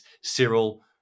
Cyril